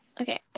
Okay